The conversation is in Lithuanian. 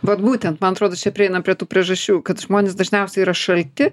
vat būtent man atrodo čia prieinam prie tų priežasčių kad žmonės dažniausiai yra šalti